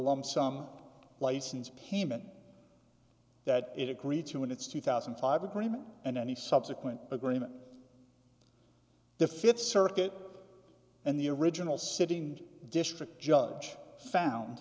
lump sum license payment that it agreed to in its two thousand and five agreement and any subsequent agreement the fifth circuit and the original sitting district judge found